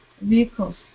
vehicles